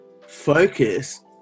focus